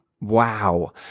wow